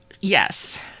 Yes